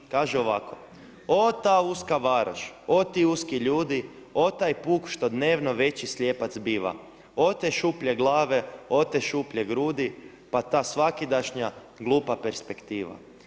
Kaže ovako: „O ta uska varoš, o ti uski ljudi, o taj puk što dnevno veći slijepac biva, o te šuplje glave, o te šuplje grudi, pa ta svakidašnja glupa perspektiva.